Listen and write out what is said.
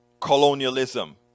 colonialism